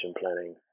planning